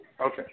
Okay